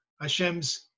Hashem's